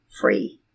free